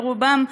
רובם,